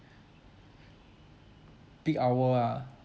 peak hour ah